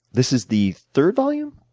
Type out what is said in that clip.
this is the third volume,